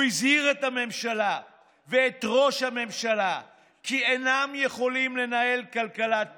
הוא הזהיר את הממשלה ואת ראש הממשלה כי אינם יכולים לנהל כלכלת בחירות.